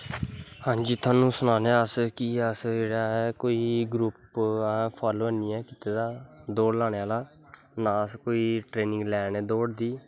कि तोआनू सनाने आं अस कि कोई ग्रुप फॉलो ऐनी कीते दा दौड़ लानें आह्लै ना अस कोई ट्रेनिंग लै ने दौड़ दी